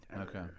Okay